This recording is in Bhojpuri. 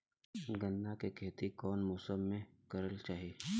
गन्ना के खेती कौना मौसम में करेके चाही?